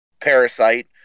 parasite